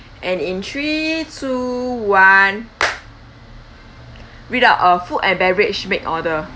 and in three two one read out uh food and beverage make order